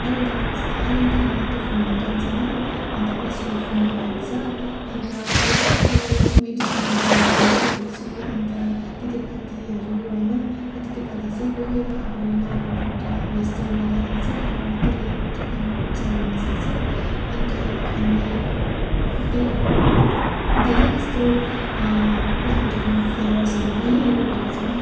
अहिले त मौस अहिले त त्यो फुल्ने टाइम छैन अन्त पछि फुल्न लाग्छ अन्त धेरै जस्तो मेडिसिनाल प्लान्ट पनि रोपेको छु अन्त तितेपातीहरू होइन त्यो तितेपाती चाहिँ कोही कोही बेला अब नाकहरू फुट्दा हो यस्तोहरू हुँदाखेरि चाहिँ अब त्यसले अब उपचार हुनसक्छ अन्त हामीले धे धेरै जस्तो प्लान्टहरू फ्लावर्सहरू पनि रोपेको छौँ